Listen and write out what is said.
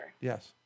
Yes